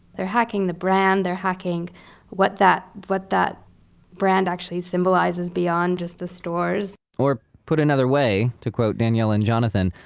they're hacking the brand, they're hacking what that what that brand actually symbolizes beyond just the stores or put another way, to quote daniela and jonathan,